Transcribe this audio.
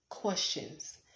questions